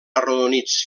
arrodonits